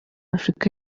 afurika